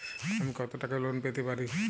আমি কত টাকা লোন পেতে পারি?